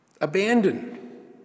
Abandoned